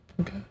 Okay